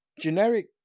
Generic